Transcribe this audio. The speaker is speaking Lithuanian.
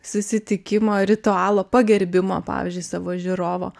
susitikimo ritualo pagerbimo pavyzdžiui savo žiūrovo